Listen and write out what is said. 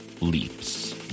Leaps